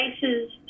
devices